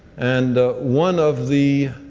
and one of the